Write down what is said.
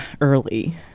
early